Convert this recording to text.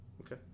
okay